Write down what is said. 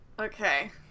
Okay